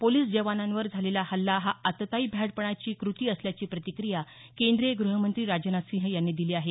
police जवानांवर झालेला हल्ला हा आतताई भ्याडपणाची क्रती असल्याची प्रतिक्रिया केंद्रीय गृहमंत्री राजनाथ सिंह यांनी दिली आहे